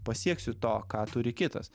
pasieksiu to ką turi kitas